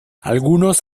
algunos